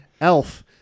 Elf